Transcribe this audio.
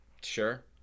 Sure